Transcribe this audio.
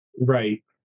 Right